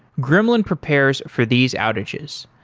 gremlin prepares for these outages.